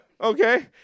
Okay